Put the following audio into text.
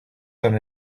done